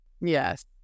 Yes